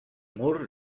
mur